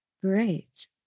Great